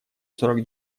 сорок